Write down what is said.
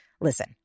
Listen